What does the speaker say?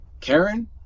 Karen